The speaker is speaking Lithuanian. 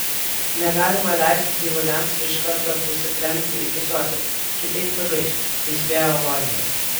negalima leisti gyvuliams iš karto prisiplempti iki soties kitaip nugaiš įspėjo loibas